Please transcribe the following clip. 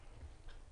אותה.